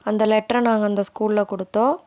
அந்த லெட்டரை நாங்கள் அந்த ஸ்கூல்ல கொடுத்தோம்